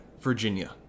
Virginia